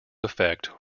effect